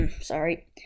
Sorry